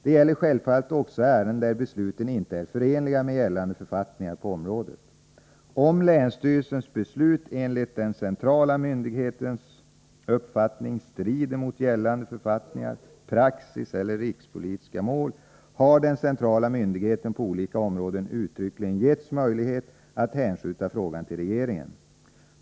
Det gäller självfallet också ärenden där besluten inte är förenliga med gällande författningar på området. Om länsstyrelsens beslut enligt den centrala myndighetens uppfattning strider mot gällande författningar, praxis eller rikspolitiska mål har den centrala myndigheten på olika områden uttryckligen getts möjlighet att hänskjuta frågan till regeringen.